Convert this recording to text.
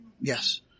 Yes